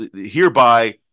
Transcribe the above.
hereby